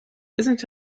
isn’t